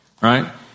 right